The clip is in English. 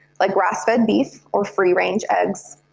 like grass fed beef, or free-range eggs.